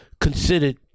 Considered